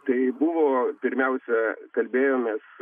tai buvo pirmiausia kalbėjomės